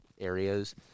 areas